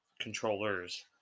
Controllers